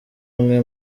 umwe